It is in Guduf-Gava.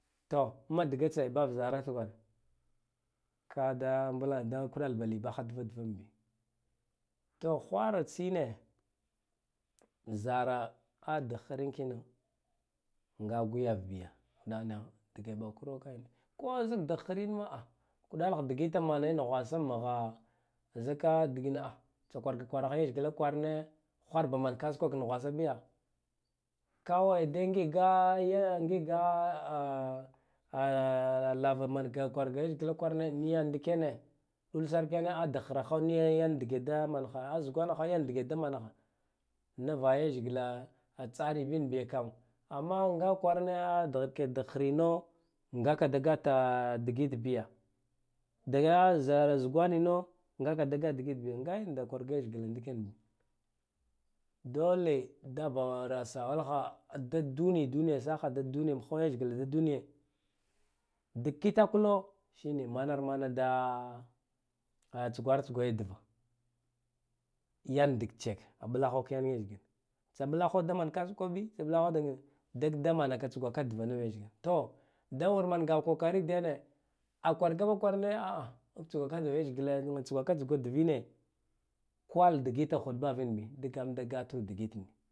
To amma dga tse da zarafgan koda lakuran ba li baha dvanbi to hwara tsine zara adahrin kino nga gwiyav biya mana dige ɓakuro ka ko zik dahdin ma kuɗalaha digite ma nayi nuhwasan mha zika dagna tsa kwargakwarahe leshgla kwara ne hwarba man kasaka nuhwa ba biya kawai da ngida yau ayi ngiga lava manga ka kwarag leshgla kwarane niya nidikene i sar ku daghra ha yan dige da mana ha azugwanaha yan dige da mar ha niva leshgla a tsan bin biya kam amma nga kwarana dan ko dak hrino ngada gata a digit biya da ya za zugwano nga da gat digit biyo nga ndar leshgla nidi ken bi dolle da bawara sawala ha dad duniya duniya saha da duni ya ɓaho leshgla da duniya dik kitakw no mana mana da tsgwara tsgwa ya diva yan gig check aɓla ho ka yan leshgla tsa blahoda man kasuka biy tsa ɓlahaud dag da manaka tsgwaka diva nav leshgla to war mangaha kokari da yane a kwaga ba kwarane ak tsugwaka da leshla tsugwagaka tsuwa dive kwal digite huɗe bavin ɓi kan da gatu digit ni